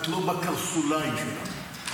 את לא בקרסוליים שלה.